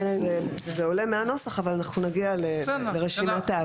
זה עולה מהנוסח אבל נגיע לרשימות העבירה.